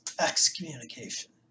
excommunication